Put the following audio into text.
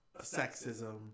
sexism